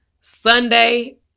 Sunday